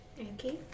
Okay